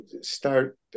start